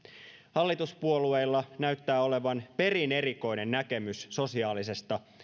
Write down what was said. hallituspuolueilla näyttää olevan perin erikoinen näkemys sosiaalisesta